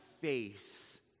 face